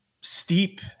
steep